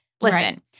Listen